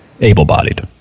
Able-bodied